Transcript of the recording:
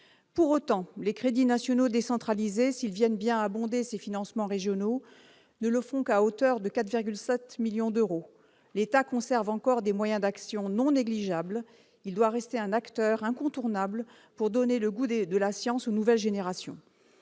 Pour autant, les crédits nationaux décentralisés, s'ils viennent bien abonder ces financements régionaux, ne le font qu'à hauteur de 4,7 millions d'euros. L'État conserve encore des moyens d'action non négligeables ; il doit rester un acteur incontournable pour donner le goût de la science aux nouvelles générations.